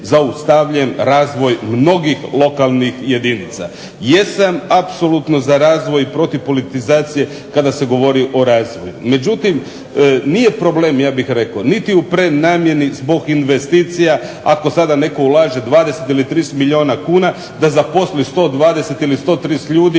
zaustavljen razvoj mnogih lokalnih jedinica. Jesam apsolutno za razvoj i protiv politizacije kada se govori o razvoju. Međutim, nije problem ja bih rekao niti u prenamjeni zbog investicija. Ako sada netko ulaže 20 ili 30 milijuna kuna da zaposli 120 ili 130 ljudi